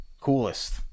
Coolest